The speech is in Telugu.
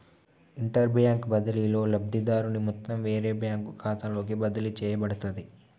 ఇంటర్బ్యాంక్ బదిలీలో, లబ్ధిదారుని మొత్తం వేరే బ్యాంకు ఖాతాలోకి బదిలీ చేయబడుతది